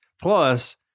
Plus